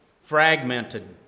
fragmented